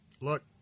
Look